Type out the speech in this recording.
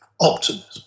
optimism